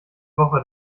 woche